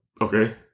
Okay